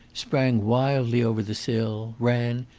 sprang wildly over the sill, ran,